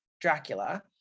Dracula